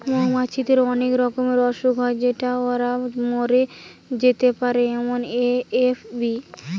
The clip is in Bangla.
মৌমাছিদের অনেক রকমের অসুখ হয় যেটাতে ওরা মরে যেতে পারে যেমন এ.এফ.বি